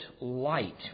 light